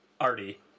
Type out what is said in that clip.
arty